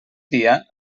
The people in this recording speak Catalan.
dia